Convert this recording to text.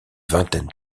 vingtaine